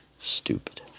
stupid